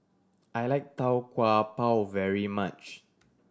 I like Tau Kwa Pau very much